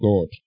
God